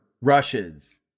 rushes